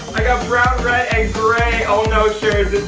i got brown, red, and gray. oh no so